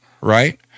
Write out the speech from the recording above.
Right